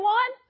one